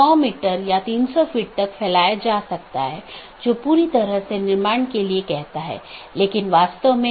यह हर BGP कार्यान्वयन के लिए आवश्यक नहीं है कि इस प्रकार की विशेषता को पहचानें